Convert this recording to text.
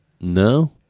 No